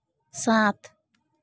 सात